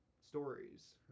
stories